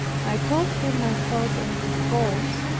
i told her my thought on her faults,